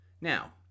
Now